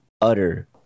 utter